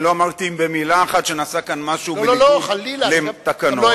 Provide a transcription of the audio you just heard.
אני לא אמרתי במלה אחת שנעשה כאן משהו בניגוד לתקנון,